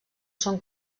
són